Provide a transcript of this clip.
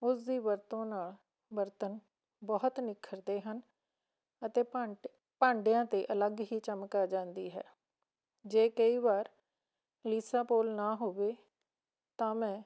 ਉਸ ਦੀ ਵਰਤੋਂ ਨਾਲ਼ ਬਰਤਨ ਬਹੁਤ ਨਿਖਰਦੇ ਹਨ ਅਤੇ ਭਾਂਡੇ ਭਾਂਡਿਆਂ 'ਤੇ ਅਲੱਗ ਹੀ ਚਮਕ ਆ ਜਾਂਦੀ ਹੈ ਜੇ ਕਈ ਵਾਰ ਲੀਸਾ ਪੋਲ ਨਾ ਹੋਵੇ ਤਾਂ ਮੈਂ